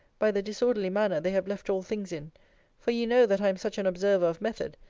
by the disorderly manner they have left all things in for you know that i am such an observer of method,